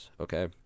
Okay